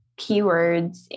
keywords